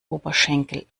oberschenkel